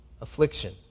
affliction